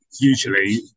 usually